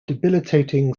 debilitating